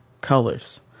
colors